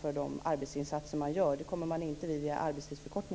för de arbetsinsatser som de gör. Dit kommer man inte via arbetstidsförkortning.